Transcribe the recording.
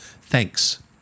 thanks